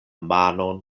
manon